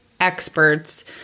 experts